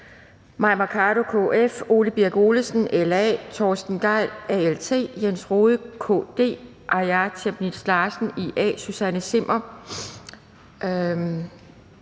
Mai Mercado (KF), Ole Birk Olesen (LA), Torsten Gejl (ALT), Jens Rohde (KD), Aaja Chemnitz Larsen (IA), Susanne Zimmer